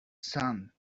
sand